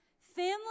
Family